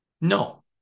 No